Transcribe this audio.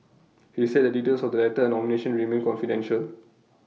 he said the details of the letter and nomination remain confidential